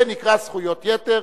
זה נקרא זכויות יתר.